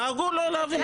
נהגו לא להעביר.